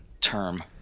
term